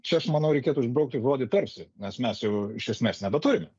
čia aš manau reikėtų išbraukti žodį tarsi nes mes jau iš esmės nebeturime